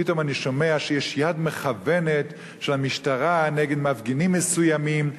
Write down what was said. פתאום אני שומע שיש יד מכוונת של המשטרה נגד מפגינים מסוימים.